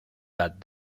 that